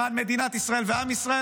למען מדינת ישראל ועם ישראל,